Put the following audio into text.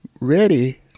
ready